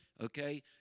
Okay